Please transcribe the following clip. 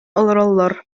олороллор